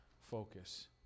focus